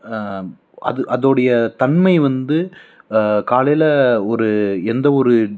அது அதோடைய தன்மை வந்து காலையில ஒரு எந்த ஒரு